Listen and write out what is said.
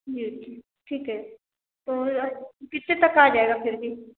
जी ठीक है तो कितने तक का आ जाएगा फिर भी